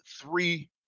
three